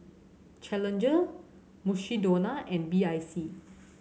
Challenger Mukshidonna and B I C